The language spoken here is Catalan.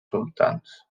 sultans